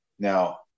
Now